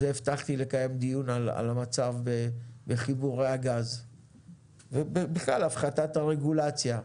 הבטחתי לקיים דיון על המצב בחיבורי הגז ובכלל הפחתת הרגולציה.